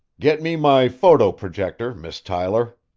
get me my photo-projector, miss tyler,